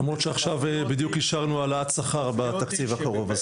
למרות שעכשיו בדיוק אישרנו העלאת שכר בתקציב הקרוב.